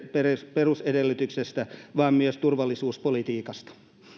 perusedellytyksestä vaan myös turvallisuuspolitiikasta